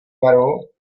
tvaru